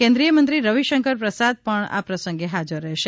કેન્દ્રીય મંત્રી રવિશંકર પ્રસાદ પણ આ પ્રસંગે હાજર રહેશે